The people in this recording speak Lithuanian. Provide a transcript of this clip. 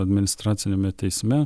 administraciniame teisme